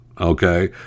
Okay